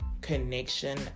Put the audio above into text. connection